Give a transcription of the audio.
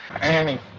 annie